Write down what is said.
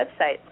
website